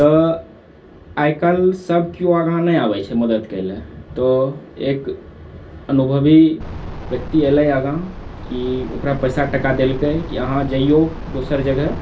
तऽ आइकाल्हि सब केओ आगाँ नहि आबै छै मदद करै लए तऽ ओ एक अनुभवी व्यक्ति एलै आगाँ कि ओकरा पैसा टका देलकै कि अहाँ जइऔ दोसर जगह